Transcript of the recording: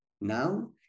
now